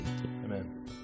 Amen